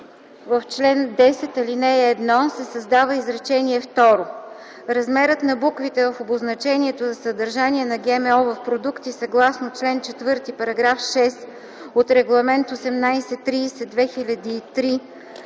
в чл. 10 ал. 1 се създава изречение второ: „Размерът на буквите в обозначението за съдържание на ГМО в продукти съгласно чл. 4, параграф 6 от Регламент 1830/2003/ЕС